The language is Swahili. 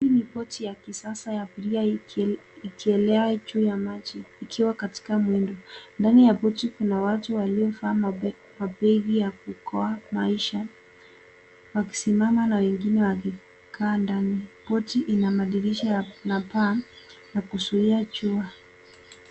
Hii ni boti ya kisasa ya abiria ikielea juu ya maji ikiwa katika mwendo. Ndani ya boti kuna watu waliovaa mabegi ya kuokoa maisha wakisimama na wengine wakikaa ndani. Boti ina madirisha na paa ya kuzuia jua.